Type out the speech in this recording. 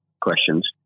questions